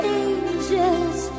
angels